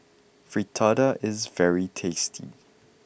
Fritada is very tasty